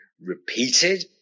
repeated